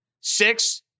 Six